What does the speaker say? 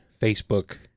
Facebook